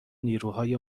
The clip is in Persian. نیروهای